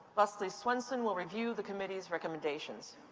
leslie swenson will review the committee's recommendations.